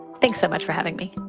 thanks so much for having me.